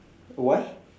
why